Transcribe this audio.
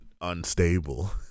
unstable